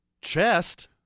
Chest